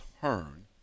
Hearn